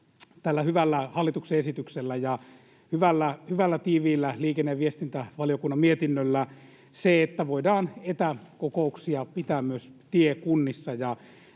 tällä hyvällä hallituksen esityksellä ja hyvällä, tiiviillä liikenne- ja viestintävaliokunnan mietinnöllä se, että voidaan etäkokouksia pitää myös tiekunnissa.